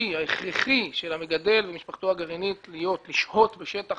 ההכרחי והמקצועי של המגדל ומשפחתו הגרעינית לשהות בשטח